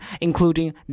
including